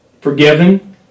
forgiven